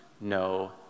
no